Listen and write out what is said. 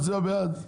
הצביע בעד.